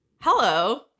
Hello